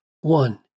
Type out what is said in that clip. one